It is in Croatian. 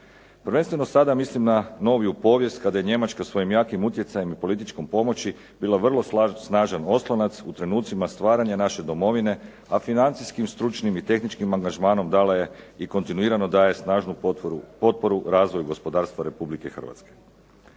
Prvenstveno sada mislim na noviju povijest kada je Njemačka svojim jakim utjecajem i političkom moći bila vrlo snažan oslonac u trenutcima stvaranja naše domovine, a financijskim, stručnim i tehničkim angažmanom dala je i kontinuirano daje snažnu potporu razvoju gospodarstva Republike Hrvatske.